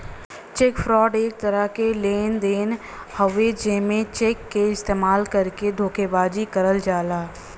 check fraud एक तरह क लेन देन हउवे जेमे चेक क इस्तेमाल करके धोखेबाजी करल जाला